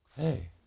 hey